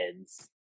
kids